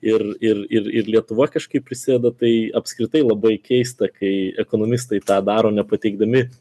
ir ir ir ir lietuva kažkaip prisideda tai apskritai labai keista kai ekonomistai tą daro nepateikdami